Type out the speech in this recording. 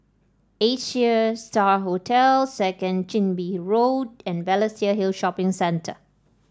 Asia Star Hotel Second Chin Bee Road and Balestier Hill Shopping Centre